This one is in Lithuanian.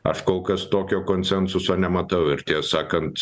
aš kol kas tokio konsensuso nematau ir ties sakant